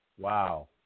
wow